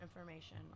information